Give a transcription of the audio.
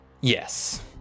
Yes